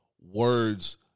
words